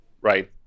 right